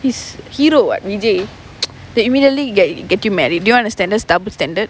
his hero ah vijay they immediately get get you married do you understand that's double standard